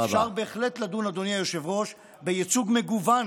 אדוני היושב-ראש, אפשר בהחלט לדון בייצוג מגוון